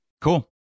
Cool